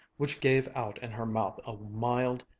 which gave out in her mouth a mild,